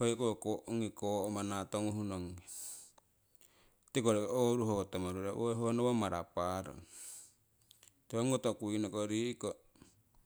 hoiko koomana tonguhnongi tiko rokii ooruho tomorure honowo mara paarong tiki ongi koto kuinoko rii'ko.